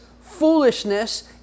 foolishness